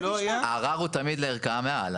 הערר הוא תמיד לערכאה מעל.